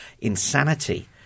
insanity